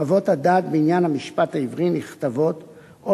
חוות הדעת בעניין משפט עברי נכתבות או